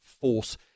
force